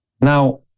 Now